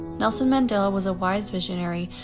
nelson mandela was a wise visionary,